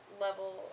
level